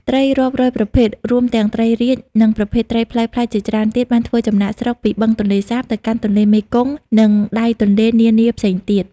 ត្រីរាប់រយប្រភេទ រួមទាំង ត្រីរាជ និងប្រភេទត្រីប្លែកៗជាច្រើនទៀត បានធ្វើចំណាកស្រុកពីបឹងទន្លេសាបទៅកាន់ទន្លេមេគង្គ និងដៃទន្លេនានាផ្សេងទៀត។